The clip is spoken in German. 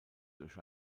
durch